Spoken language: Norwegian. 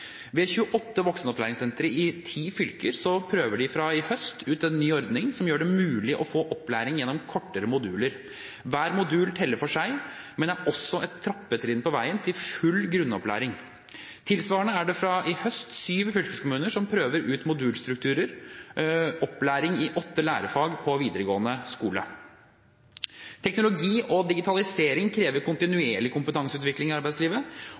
Ved 28 voksenopplæringssentre i ti fylker prøver de fra i høst ut en ny ordning som gjør det mulig å få opplæring gjennom kortere moduler. Hver modul teller for seg, men er også et trappetrinn på veien til full grunnskoleopplæring. Tilsvarende er det fra i høst syv fylkeskommuner som prøver ut modulstrukturert opplæring i åtte lærefag på videregående skole. Teknologi og digitalisering krever kontinuerlig kompetanseutvikling i arbeidslivet.